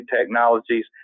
technologies